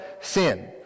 sin